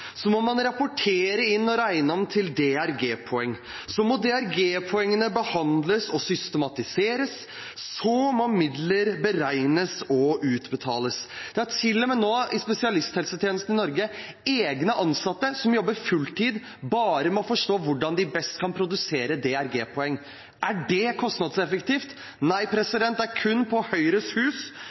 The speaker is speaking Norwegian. Så må man rapportere inn og regne om til DRG-poeng. Så må DRG-poengene behandles og systematiseres. Så må midler beregnes og utbetales. I spesialisthelsetjenesten i Norge er det til og med egne ansatte som jobber fulltid bare med å forstå hvordan de best kan produsere DRG-poeng. Er det kostnadseffektivt? Nei, det er kun på Høyres Hus